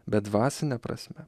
bet dvasine prasme